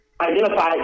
identify